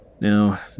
Now